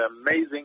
amazing